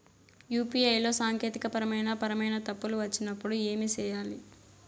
UPI లో సాంకేతికపరమైన పరమైన తప్పులు వచ్చినప్పుడు ఏమి సేయాలి